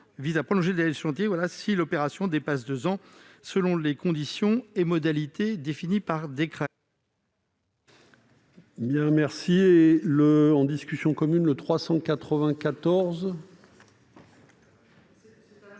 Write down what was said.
de prolonger le délai des chantiers si l'opération dépasse deux ans, selon des conditions et modalités définies par décret.